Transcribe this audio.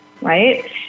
right